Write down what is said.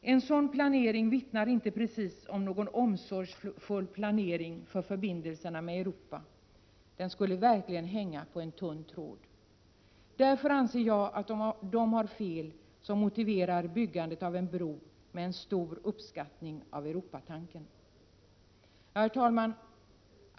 Detta vittnar inte precis om någon omsorgsfull planering för förbindelserna med Europa. Planeringen skulle verkligen hänga på en tunn tråd. Därför anser jag att de har fel som motiverar byggandet av en bro med en stor uppskattning av Europatanken. Herr talman!